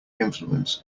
influence